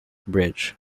bridge